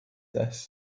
this